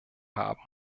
haben